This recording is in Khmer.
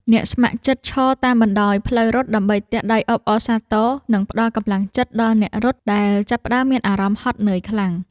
អ្នកស្ម័គ្រចិត្តឈរតាមបណ្ដោយផ្លូវរត់ ដើម្បីទះដៃអបអរសាទរ និងផ្ដល់កម្លាំងចិត្តដល់អ្នករត់ដែលចាប់ផ្ដើមមានអារម្មណ៍ហត់នឿយខ្លាំង។